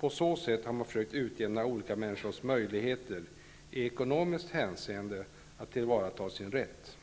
På så sätt har man försökt utjämna olika människors möjligheter i ekonomiskt hänseende att tillvarata sin rätt.